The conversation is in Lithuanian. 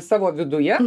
savo viduje